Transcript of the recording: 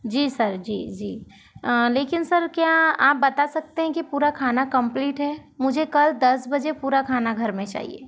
जी sir जी जी लेकिन सर क्या आप बता सकते हैं कि पूरा खाना कंप्लीट है मुझे कल दस बजे पूरा खाना घर में चाहिए